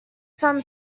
some